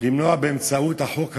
למנוע באמצעות החוק הזה,